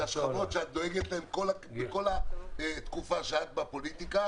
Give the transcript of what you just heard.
השכבות שאת דואגת להן בכל התקופה שאת בפוליטיקה.